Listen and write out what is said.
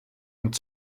und